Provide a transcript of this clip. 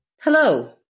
Hello